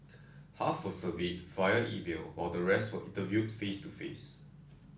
half were surveyed via email while the rest were interviewed face to face